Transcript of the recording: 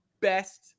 best